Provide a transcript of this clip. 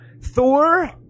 Thor